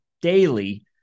daily